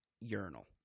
urinal